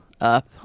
up